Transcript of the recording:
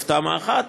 סביב תמ"א 1,